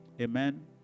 Amen